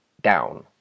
down